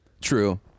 True